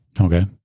Okay